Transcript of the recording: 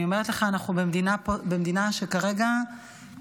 אני אומרת לך, אנחנו במדינה שכרגע בטראומה,